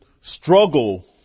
struggle